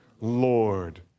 Lord